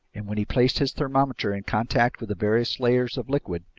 and when he placed his thermometer in contact with the various layers of liquid,